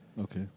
Okay